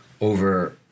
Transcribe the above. over